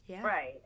Right